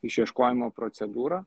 išieškojimo procedūrą